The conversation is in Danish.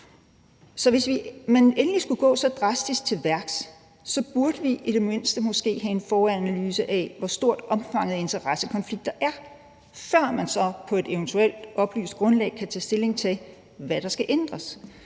Så hvis man endelig skulle gå så drastisk til værks, burde man måske i det mindste have en foranalyse af, hvor stort omfanget af interessekonflikter er, før man så på et eventuelt oplyst grundlag kunne tage stilling til, hvad der skal ændres.